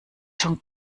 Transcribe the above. schon